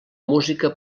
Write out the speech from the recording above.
música